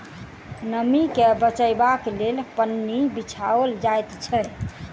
नमीं के बचयबाक लेल पन्नी बिछाओल जाइत छै